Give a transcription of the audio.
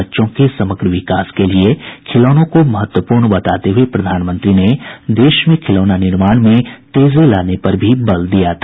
बच्चों के समग्र विकास के लिए खिलौनों को महत्वपूर्ण बताते हुए प्रधानमंत्री ने देश में खिलौना निर्माण में तेजी लाने पर भी बल दिया था